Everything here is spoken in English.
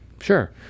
Sure